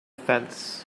fence